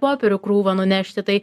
popierių krūvą nunešti tai